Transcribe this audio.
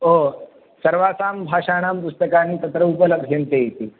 ओ सर्वासां भाषाणां पुस्तकानि तत्र उपलभ्यन्ते इति